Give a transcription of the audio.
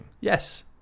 Yes